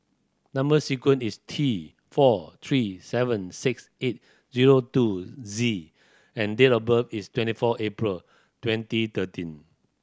number sequence is T four three seven six eight zero two Z and date of birth is twenty four April twenty thirteen